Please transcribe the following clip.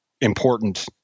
important